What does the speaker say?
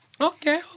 Okay